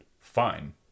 fine